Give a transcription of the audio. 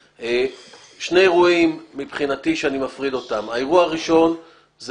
שני אירועים מבחינתי שאני מפריד אותם: האירוע הראשון זה